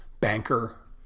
banker